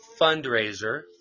Fundraiser